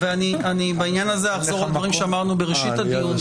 אני אחזור על מה שאמרנו בראשית הדיון,